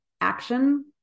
action